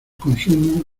consumo